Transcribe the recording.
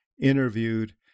interviewed